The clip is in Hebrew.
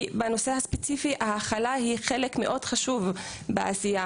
כי בנושא הספציפי הכלה היא חלק מאוד חשוב בעשייה.